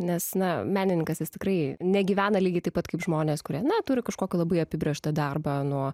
nes na menininkas jis tikrai negyvena lygiai taip pat kaip žmonės kurie na turi kažkokį labai apibrėžtą darbą nuo